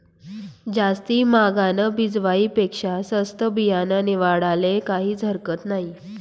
जास्ती म्हागानं बिजवाई पेक्शा सस्तं बियानं निवाडाले काहीज हरकत नही